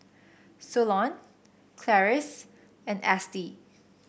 Solon Clarice and Estie